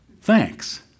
Thanks